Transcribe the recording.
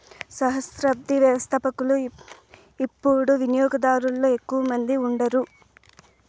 సహస్రాబ్ది వ్యవస్థపకులు యిపుడు వినియోగదారులలో ఎక్కువ మంది ఉండారు